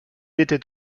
était